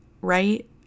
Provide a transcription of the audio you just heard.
right